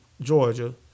Georgia